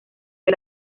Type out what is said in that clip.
que